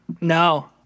No